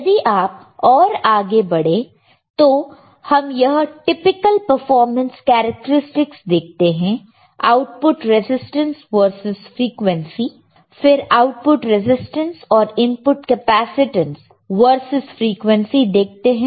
यदि आप और आगे जाएं तो हम यह टिपिकल परफॉर्मेंस कैरेक्टरस्टिक्स देखते हैं आउटपुट रेजिस्टेंस वर्सेस फ्रिकवेंसी फिर आउटपुट रेजिस्टेंस और इनपुट कैपेसिटेंस वर्सेस फ्रिकवेंसी देखते हैं